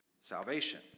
salvation